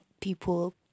people